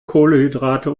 kohlenhydrate